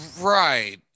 Right